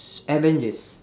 avengers